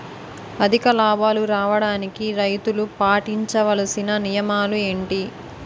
అధిక లాభాలు రావడానికి రైతులు పాటించవలిసిన నియమాలు ఏంటి